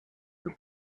for